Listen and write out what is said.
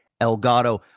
Elgato